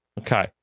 Okay